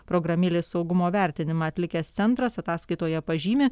programėlės saugumo vertinimą atlikęs centras ataskaitoje pažymi